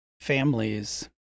families